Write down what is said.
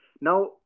Now